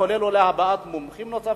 כולל אולי הבאת מומחים נוספים,